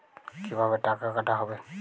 কিভাবে টাকা কাটা হবে?